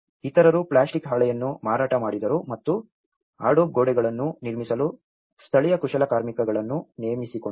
ಇತರರು ಪ್ಲಾಸ್ಟಿಕ್ ಹಾಳೆಯನ್ನು ಮಾರಾಟ ಮಾಡಿದರು ಮತ್ತು ಅಡೋಬ್ ಗೋಡೆಗಳನ್ನು ನಿರ್ಮಿಸಲು ಸ್ಥಳೀಯ ಕುಶಲಕರ್ಮಿಗಳನ್ನು ನೇಮಿಸಿಕೊಂಡರು